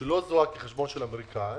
שלא זוהה כשחשבון של אמריקאי